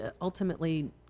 ultimately